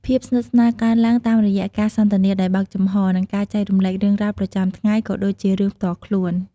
ភាពស្និទ្ធស្នាលកើនឡើងតាមរយៈការសន្ទនាដោយបើកចំហ និងការចែករំលែករឿងរ៉ាវប្រចាំថ្ងៃ ក៏ដូចជារឿងផ្ទាល់ខ្លួន។